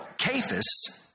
Cephas